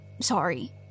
sorry